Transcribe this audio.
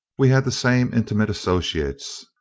we had the same intimate associates,